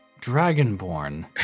dragonborn